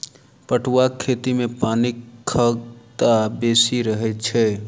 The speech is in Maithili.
पटुआक खेती मे पानिक खगता बेसी रहैत छै